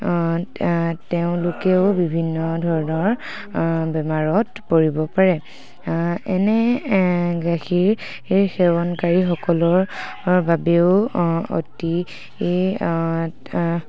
তেওঁলোকেও বিভিন্ন ধৰণৰ বেমাৰত পৰিব পাৰে এনে গাখীৰ সেৱনকাৰীসকলৰ বাবেও অতি